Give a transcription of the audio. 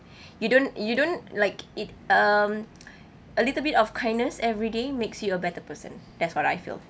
you don't you don't like it um a little bit of kindness every day makes you a better person that's what I feel